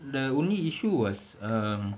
the only issue was err